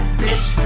bitch